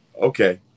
Okay